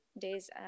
days